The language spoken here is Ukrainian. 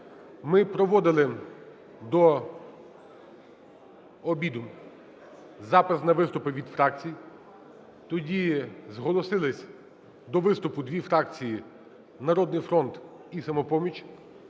Ми проводили до обіду запис на виступи від фракцій. Тоді зголосились до виступу дві фракції: "Народний фронт" і "Самопоміч".